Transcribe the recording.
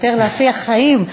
יותר להפיח חיים.